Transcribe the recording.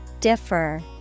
Differ